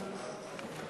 תודה.